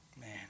Man